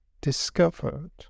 discovered